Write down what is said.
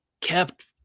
kept